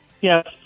Yes